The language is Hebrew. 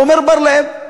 עמר בר-לב.